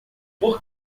por